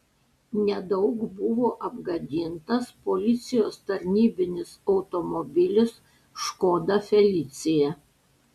nedaug buvo apgadintas policijos tarnybinis automobilis škoda felicia